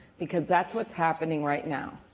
because that's what's happening right now.